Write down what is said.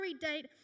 date